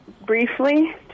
briefly